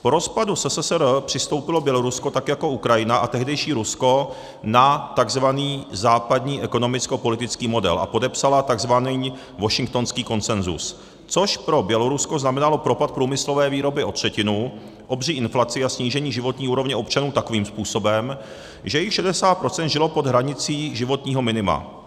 Po rozpadu SSSR přistoupilo Bělorusko, tak jako Ukrajina a tehdejší Rusko, na takzvaný západní ekonomickopolitický model a podepsalo takzvaný Washingtonský konsenzus, což pro Bělorusko znamenalo propad průmyslové výroby o třetinu, obří inflaci a snížení životní úrovně občanů takovým způsobem, že jich 60 % žilo pod hranicí životního minima.